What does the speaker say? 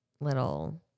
little